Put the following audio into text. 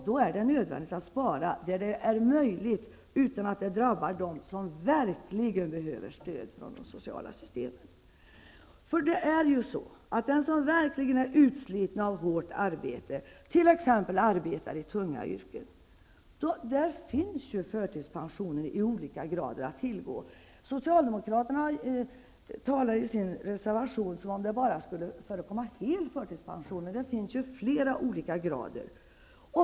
Då är det nödvändigt att spara där det är möjligt utan att det drabbar dem som verkligen behöver stöd från de sociala systemen. För dem som verkligen är utslitna av hårt arbete, t.ex. arbetare i tunga yrken, finns förtidspensioner i olika grader att tillgå. I Socialdemokraternas reservation verkar det som om det bara förekommer hel förtidspension. Men det finns flera olika grader.